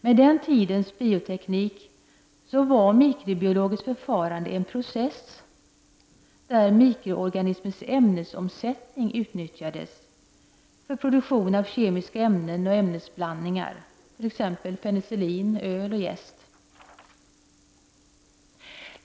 Med den tidens bioteknik var mikrobiologiskt förfarande en process där mikroorganismens ämnesomsättning utnyttjades för produktion av kemiska ämnen och ämnesblandningar, t.ex. penicillin, öl och jäst.